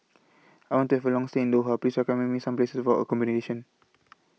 I want to Have A Long stay in Doha Please recommend Me Some Places For accommodation